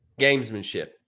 gamesmanship